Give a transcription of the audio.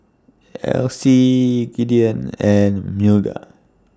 Essie Gideon and Milda